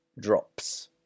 drops